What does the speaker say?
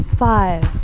Five